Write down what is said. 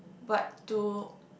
but to